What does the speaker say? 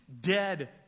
dead